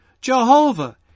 Jehovah